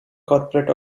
corporate